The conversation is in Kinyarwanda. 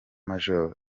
major